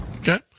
Okay